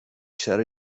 چرا